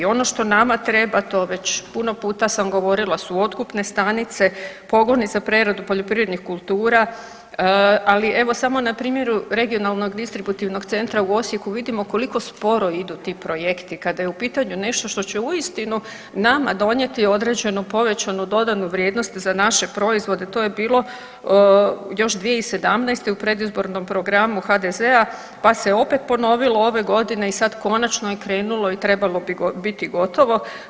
Ono što nama treba to već puno puta sam govorila su otkupne stanice, pogoni za preradu poljoprivrednih kultura, ali evo samo na primjeru regionalnog distributivnog centra u Osijeku vidimo koliko sporo idu ti projekti kada je u pitanju nešto što će uistinu nama donijeti određenu povećanu dodanu vrijednost za naše proizvode to je bilo još 2017. u predizborno programu HDZ-a, pa se opet ponovilo ove godine i sad konačno je krenulo i trebalo bi biti gotovo.